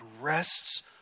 rests